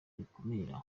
rikumira